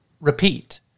repeat